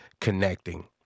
connecting